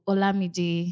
Olamide